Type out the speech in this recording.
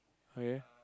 okay